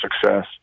success